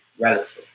relative